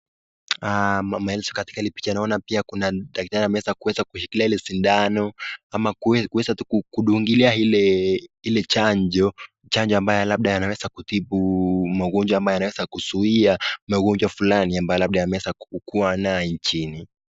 Mama katika hili picha naona pia kuna daktari ameweza kuweza kushikilia ile sindano ama kuweza tu kudungilia ile ile chanjo. Chanjo ambayo labda inaweza kutibu magonjwa ama inaweza kuzuia magonjwa fulani ambayo labda ameweza kuwa nayo nchini.